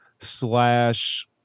slash